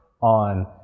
on